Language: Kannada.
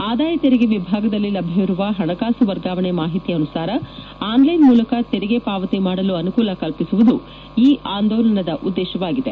ಆದಾಯ ತೆರಿಗೆ ವಿಭಾಗದಲ್ಲಿ ಲಭ್ಯವಿರುವ ಹಣಕಾಸು ವರ್ಗಾವಣೆ ಮಾಹಿತಿ ಅನುಸಾರ ಆನ್ಲೈನ್ ಮೂಲಕ ತೆರಿಗೆ ಪಾವತಿ ಮಾಡಲು ಅನುಕೂಲ ಕಲ್ಪಿಸುವುದು ಇ ಆಂದೋಲನದ ಉದ್ದೇಶವಾಗಿದೆ